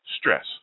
stress